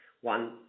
one